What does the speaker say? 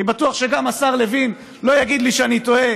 אני בטוח שגם השר לוין לא יגיד לי שאני טועה